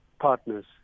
partners